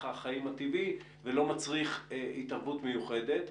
החיים הטבעי ולא מצריך התערבות מיוחדת.